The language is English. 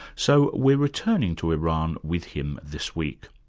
so we're returning to iran with him this week.